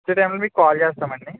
వచ్చే టైంలో మీకు కాల్ చేస్తాం అండి